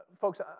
folks